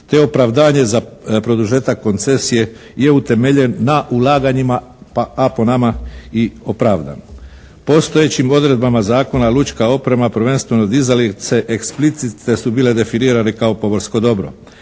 te opravdanje za produžetak koncesije je utemeljen na ulaganjima a po nama i opravdano. Postojećim odredbama zakona lučka oprema prvenstveno dizalice eksplicite su bile definirane kao pomorsko dobro.